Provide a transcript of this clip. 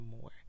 more